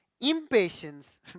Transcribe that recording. Impatience